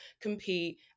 compete